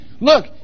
Look